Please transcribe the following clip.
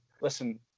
listen